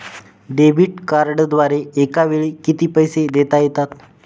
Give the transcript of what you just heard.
Debit कार्डद्वारे एकावेळी किती पैसे देता येतात?